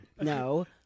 no